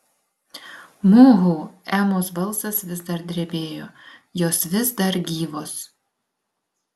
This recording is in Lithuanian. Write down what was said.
muhu emos balsas vis dar drebėjo jos vis dar gyvos